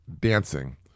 dancing